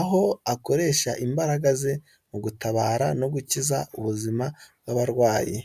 aho akoresha imbaraga ze mu gutabara no gukiza ubuzima bw'abarwayi.